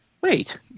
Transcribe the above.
wait